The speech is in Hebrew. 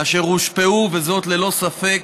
אשר הושפעו, וזאת ללא ספק,